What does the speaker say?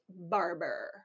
Barber